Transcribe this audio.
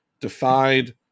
defied